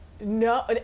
no